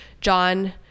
John